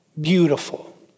beautiful